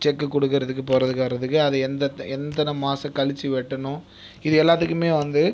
செக்கு கொடுக்குறதுக்கு போகிறதுக்கு வர்றதுக்கு அது எந்த எததன மாதம் கழித்து வெட்டணும் இது எல்லோத்துக்குமே வந்து